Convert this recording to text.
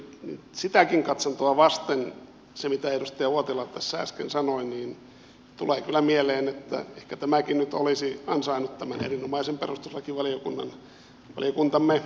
sitäkin katsantoa vasten siitä mitä edustaja uotila tässä äsken sanoi tulee kyllä mieleen että ehkä tämäkin nyt olisi ansainnut tämän erinomaisen perustuslakivaliokuntamme käsittelyn